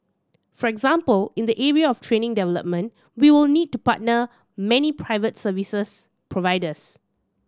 for example in the area of training development we will need to partner many private services providers